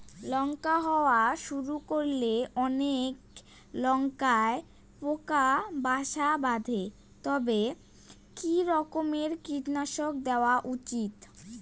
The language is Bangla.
লঙ্কা হওয়া শুরু করলে অনেক লঙ্কায় পোকা বাসা বাঁধে তবে কি রকমের কীটনাশক দেওয়া উচিৎ?